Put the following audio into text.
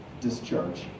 discharge